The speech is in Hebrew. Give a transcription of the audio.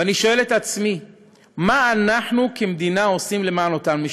ואני שואל את עצמי מה אנחנו כמדינה עושים למען אותן משפחות,